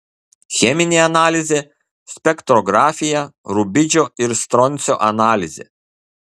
cheminė analizė spektrografija rubidžio ir stroncio analizė